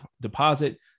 deposit